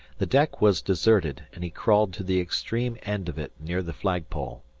the deck was deserted, and he crawled to the extreme end of it, near the flag-pole.